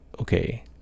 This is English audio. okay